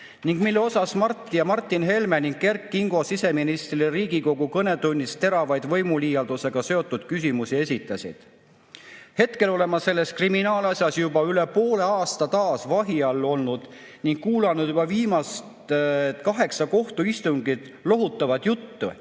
ning mille osas Mart ja Martin Helme ning Kert Kingo siseministrile Riigikogu kõnetunnis teravaid võimuliialdusega seotud küsimusi esitasid. Hetkel olen ma selles kriminaalasjas juba üle poole aasta taas vahi all olnud ning kuulanud juba viimased kaheksa kohtuistungit lohutavat juttu